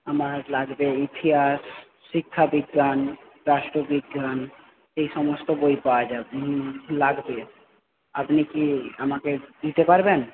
আমার লাগবে ইতিহাস শিক্ষাবিজ্ঞান রাষ্ট্রবিজ্ঞান এইসমস্ত বই পাওয়া যায় লাগবে আপনি কি আমাকে দিতে পারবেন